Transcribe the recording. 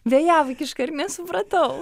vėjavaikiška ir nesupratau